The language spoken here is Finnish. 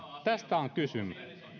tästä on kysymys